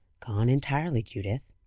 gone entirely, judith.